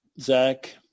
Zach